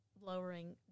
lowering